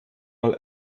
mal